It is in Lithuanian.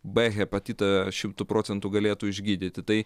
b hepatitą šimtu procentų galėtų išgydyti tai